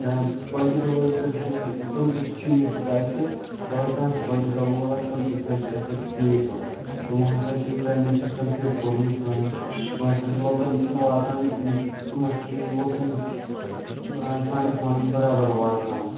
کامہ پُلٹِکَل وٲلۍ تہِ ہَسا چھِ تِم تہِ چھِ ٹھیٖک پَکان اَسہِ سۭتۍ چاہے کانٛہہ تہِ پلٹِکل وول آسہِ تِم تہِ ہَسا چھِ اَسہِ سۭتۍ ٹھیٖک پَکان تمو ہَسا چھُ ڈرٛینیج سِسٹَم فِٹ کوٚرمُت سٲنٛۍ کٲنٛسہِ ہٕنٛز لُکَن واتان تم تمن سۭتۍ چھُ لُکَن فنڈس وَنڈس بَرابَر واتناوان